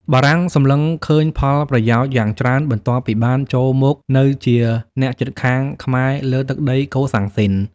បារាំងសម្លឹងឃើញផល ប្រយោជន៍យ៉ាងច្រើន បន្ទាប់ពីបានចូលមកនៅជាអ្នកជិតខាងខ្មែរលើទឹកដីកូសាំងស៊ីន។